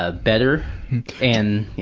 ah better and, yeah.